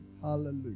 Hallelujah